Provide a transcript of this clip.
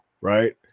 Right